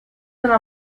una